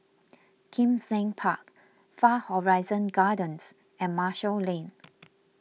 Kim Seng Park Far Horizon Gardens and Marshall Lane